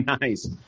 Nice